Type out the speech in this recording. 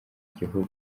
gihugu